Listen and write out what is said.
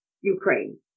Ukraine